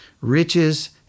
riches